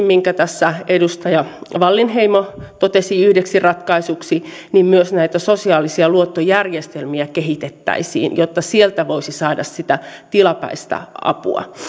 minkä tässä edustaja wallinheimo totesi yhdeksi ratkaisuksi niin myös näitä sosiaalisia luottojärjestelmiä kehitettäisiin jotta sieltä voisi saada sitä tilapäistä apua